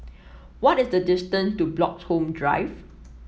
what is the distance to Bloxhome Drive